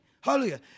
Hallelujah